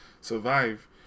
survive